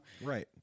right